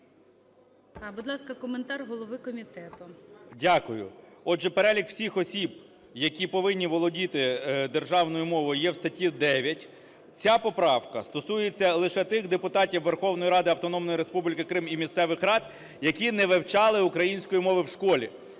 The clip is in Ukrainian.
Дякую. Отже, перелік всіх осіб, які повинні володіти державною мовою, є в статті 9. Ця поправка стосується лише тих депутатів Верховної Ради Автономної Республіки Крим і місцевих рад, які не вивчали української мови в школі.